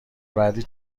بعدی